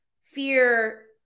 fear